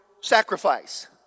sacrifice